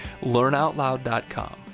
Learnoutloud.com